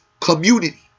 community